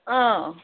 ꯑꯥ